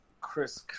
Chris